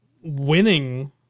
winning